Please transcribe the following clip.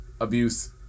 abuse